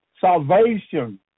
salvation